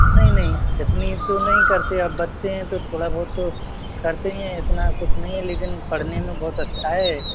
नहीं नहीं इतनी तो नहीं करते अब बच्चे हैं तो थोड़ा बहुत तो करते ही हैं इतना कुछ नहीं हैं लेकिन पढ़ने में बहुत अच्छा है